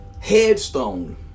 headstone